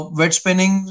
wet-spinning